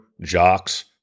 jocks